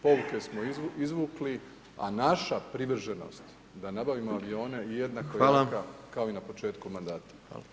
Pouke smo izvukli, a naša privrženost da nabavimo avione [[Upadica: Hvala.]] jednako je takva kao i na početku mandata.